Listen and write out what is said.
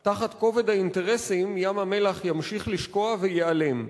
תחת כובד האינטרסים ים-המלח ימשיך לשקוע וייעלם.